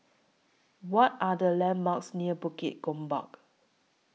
What Are The landmarks near Bukit Gombak